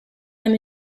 them